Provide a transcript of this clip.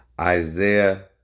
Isaiah